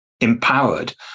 empowered